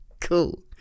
Cool